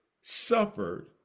suffered